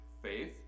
faith